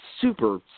super